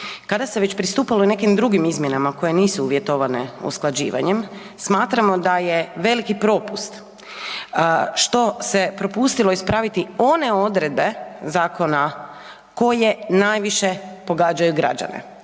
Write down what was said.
Kada se već pristupalo i nekim drugim izmjenama koje nisu uvjetovane usklađivanjem, smatramo da je veliki propust što se propustilo ispraviti one odredbe zakona koje najviše pogađaju građane,